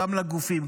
גם לגופים,